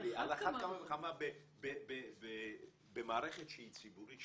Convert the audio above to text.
על אחת כמה וכמה במערכת שהיא ציבורית,